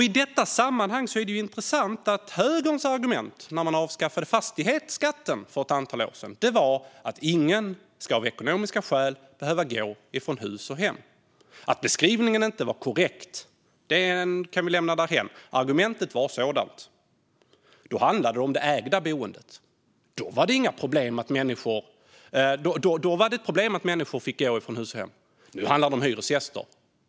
I detta sammanhang är det intressant att högerns argument när man avskaffade fastighetsskatten för ett antal år sedan var att ingen av ekonomiska skäl skulle behöva gå från hus och hem. Att beskrivningen inte var korrekt kan vi lämna därhän; argumentet var sådant. Då handlade det om det ägda boendet. Då var det ett problem att människor fick gå från hus och hem. Nu handlar det om hyresgäster.